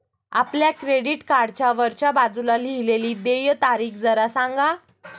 आपल्या क्रेडिट कार्डच्या वरच्या बाजूला लिहिलेली देय तारीख जरा सांगा